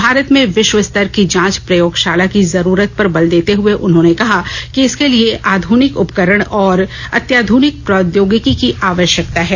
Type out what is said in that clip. भारत में विश्व स्तर की जांच प्रयोगशाला की जरूरत पर बल देते हुए उन्होंने कहा कि इसके लिए आध्निक उपकरण और अत्याध्निक प्रौद्योगिकी की आवश्यकता है